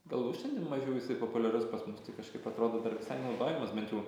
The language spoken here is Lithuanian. galbūt šiandien mažiau jisai populiarius pas mus tai kažkaip atrodo dar visai naudojamas bent jau